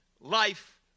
life